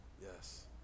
Yes